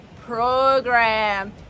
program